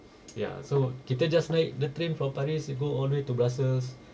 ya so kita just naik the train from paris you go all the way to brussels